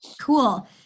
Cool